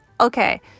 Okay